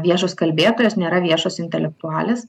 viešos kalbėtojos nėra viešos intelektualės